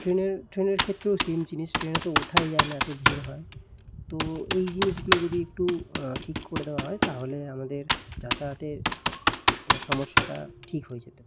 ট্রেনের ট্রেনের ক্ষেত্রেও সেম জিনিস ট্রেনে তো ওঠাই যায় না এত ভিড় হয় তো এই জিনিসগুলো যদি একটু ঠিক করে দেওয়া হয় তাহলে আমাদের যাতায়াতের সমস্যাটা ঠিক হয়ে যেতে পারে